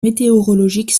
météorologique